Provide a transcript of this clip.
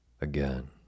Again